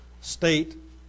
state